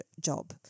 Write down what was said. job